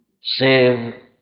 Save